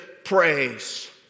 praise